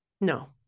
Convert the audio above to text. No